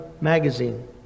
magazine